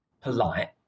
polite